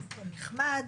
הכול נחמד,